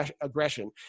aggression